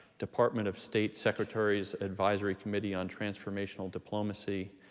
department of state secretary's advisory committee on transformational diplomacy,